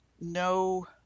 no